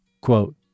quote